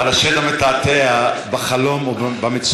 הוא דיבר על השד המתעתע בחלום או במציאות,